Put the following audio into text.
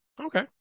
Okay